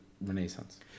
Renaissance